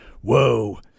whoa